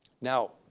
Now